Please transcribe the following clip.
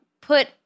put